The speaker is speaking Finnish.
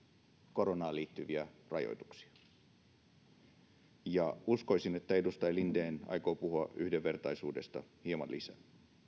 koronaan liittyviä rajoituksia uskoisin että edustaja linden aikoo puhua yhdenvertaisuudesta hieman lisää